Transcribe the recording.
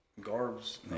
Garbs